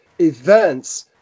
events